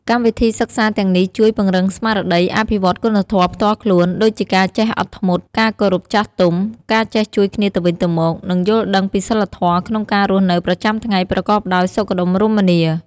កម្មវិធីសិក្សាទាំងនេះជួយ ពង្រឹងស្មារតី អភិវឌ្ឍគុណធម៌ផ្ទាល់ខ្លួន ដូចជាការចេះអត់ធ្មត់ ការគោរពចាស់ទុំ ការចេះជួយគ្នាទៅវិញទៅមក និងយល់ដឹងពីសីលធម៌ក្នុងការរស់នៅប្រចាំថ្ងៃប្រកបដោយសុខដុមរមនា។